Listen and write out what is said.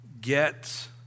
get